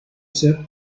ser